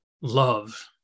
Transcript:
love